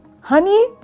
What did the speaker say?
honey